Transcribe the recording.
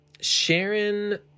Sharon